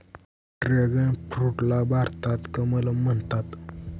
dragon फ्रूटला भारतात कमलम म्हणतात